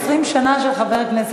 הוא עובד כמו 20 שנה של חבר כנסת אחר.